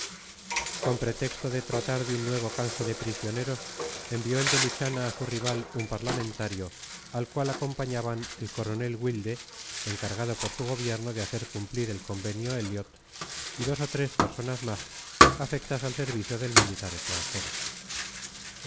con pretexto de tratar de un nuevo canje de prisioneros envió el de luchana a su rival un parlamentario al cual acompañaban el coronel wilde encargado por su gobierno de hacer cumplir el convenio elliot y dos o tres personas más afectas al servicio del militar extranjero